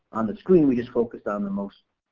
on the screen we just focus on the most,